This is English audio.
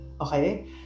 Okay